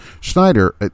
Schneider